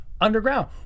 underground